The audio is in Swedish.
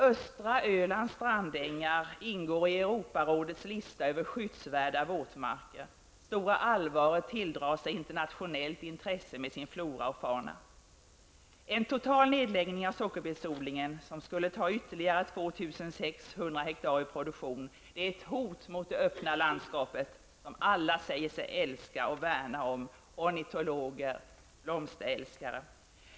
Östra Ölands strandängar ingår i Stora Alvaret tilldrar sig internationellt intresse med sin flora och fauna. En total nedläggning av sockerbetsodlingen, som skulle ta ytterligare 2 600 hektar ur produktion, är ett hot mot det öppna öländska landskapet, som alla säger sig älska och värna om, inte minst ornitologer och blomsterälskare.